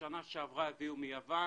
בשנה שעברה הביאו מיוון.